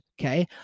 okay